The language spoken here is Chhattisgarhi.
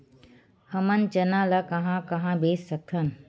हमन चना ल कहां कहा बेच सकथन?